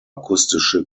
akustische